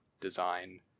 design